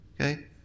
Okay